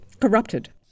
corrupted